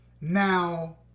Now